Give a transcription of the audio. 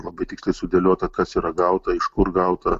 labai tiksliai sudėliota kas yra gauta iš kur gauta